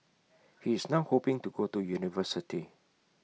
he is now hoping to go to university